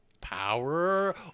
power